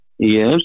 Yes